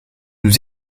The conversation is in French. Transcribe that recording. nous